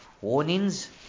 warnings